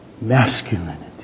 masculinity